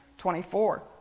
24